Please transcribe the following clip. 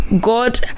god